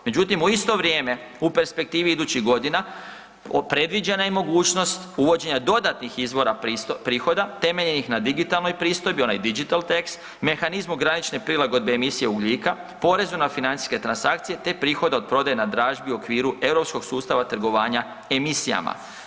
Međutim u isto vrijeme u perspektivi idućih godina predviđena je mogućnost uvođenja dodatnih izvora prihoda temeljenih na digitalnoj pristojbi onaj digital tax, mehanizmu granične prilagodbe emisije ugljika, porezu na financijske transakcije te prihode od prodaje na dražbi u okviru europskog sustava trgovanja emisijama.